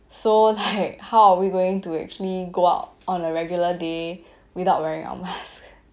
so like how are we going to actually go out on a regular day without wearing our mask